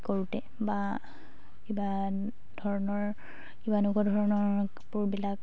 কৰোঁতে বা কিবা ধৰণৰ কিবা এনেকুৱা ধৰণৰ কাপোৰবিলাক